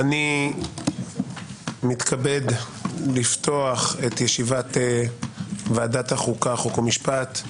אני מתכבד לפתוח את ישיבת וועדת החוקה, חוק ומשפט,